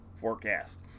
forecast